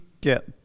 get